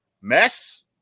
mess